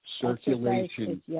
circulation